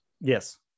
Yes